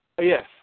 Yes